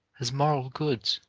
as moral goods